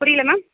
புரியலை மேம்